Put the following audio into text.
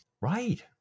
Right